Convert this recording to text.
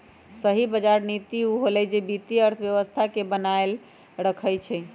सही बजार नीति उ होअलई जे वित्तीय अर्थव्यवस्था के बनाएल रखई छई